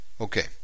Okay